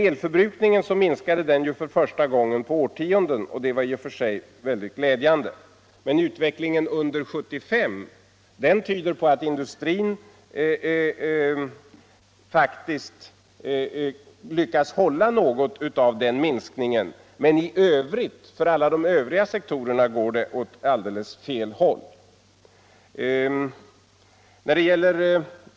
Elförbrukningen minskade för första gången på årtionden, vilket i och för sig är mycket glädjande. Utvecklingen under år 1975 tyder på att industrin faktiskt lyckats hålla kvar något av den minskningen, men för de övriga sektorerna går utvecklingen åt alldeles fel håll.